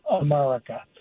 America